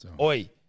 Oi